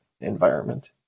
environment